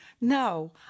no